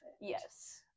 Yes